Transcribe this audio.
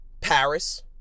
Paris